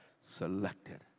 selected